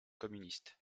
communistes